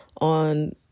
on